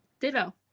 Ditto